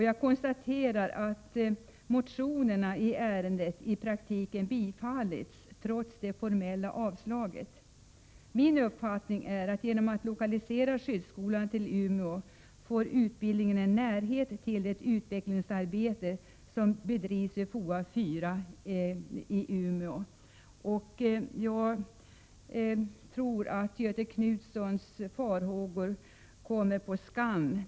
Jag konstaterar att motionerna i ärendet i praktiken tillstyrkts trots det formella yrkandet om avslag. Min uppfattning är att man genom att lokalisera skyddsskolan till Umeå ger utbildningen en närhet till det utvecklingsarbete som bedrivs vid FOA 4. Jag tror att Göthe Knutsons farhågor kommer på skam.